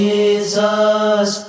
Jesus